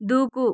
దూకు